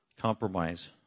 compromise